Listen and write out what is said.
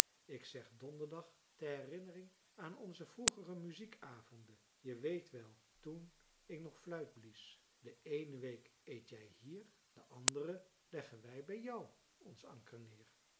ik zeg donderdag ter herinnering aan onze vroegere muziekavonden je weet wel toen ik nog fluit blies de eene week eet jij hier de andere leggen wij bij jou ons anker neer